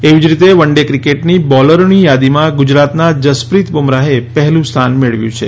એવી જ રીતે વન ડે ક્રિકેટની બોલરોની યાદીમાં ગુજરાતના જસપ્રિત બુમરાહે પહેલું સ્થાન મેળવ્યું છે